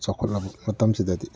ꯆꯥꯎꯈꯠꯂꯕ ꯃꯇꯝꯁꯤꯗꯗꯤ